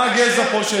מה הגזע פה?